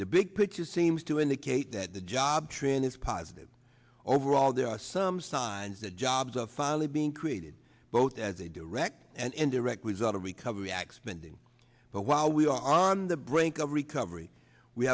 the big picture seems to indicate that the job trend is positive overall there are some signs that jobs are finally being created both as a direct and indirect result of recovery act spending but while we are on the brink of recovery we